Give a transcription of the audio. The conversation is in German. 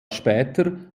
später